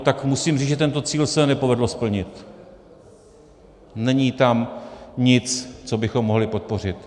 Tak musím říci, že tento cíl se nepovedlo splnit, není tam nic, co bychom mohli podpořit.